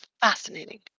fascinating